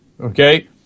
Okay